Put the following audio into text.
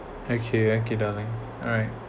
okay okay darling alright